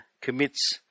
commits